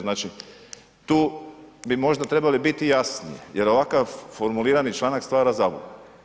Znači, tu bi možda trebali biti jasniji, jel ovakav formulirani članak stvara zabludu.